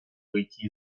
выйти